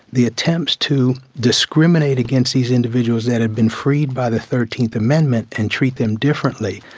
the attempts to discriminate against these individuals that had been freed by the thirteenth amendment and treat them differently,